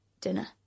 dinner